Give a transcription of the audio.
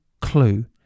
clue